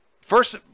first